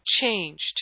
changed